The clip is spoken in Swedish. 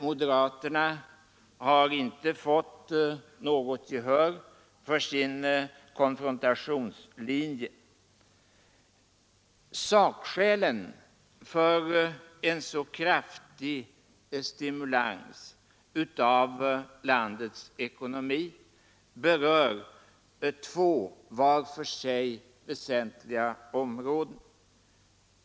Moderaterna har inte fått något gehör för sin konfrontationslinje. Sakskälen för en så kraftig stimulans av landets ekonomi berör två var för sig väsentliga områden.